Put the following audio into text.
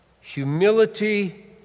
Humility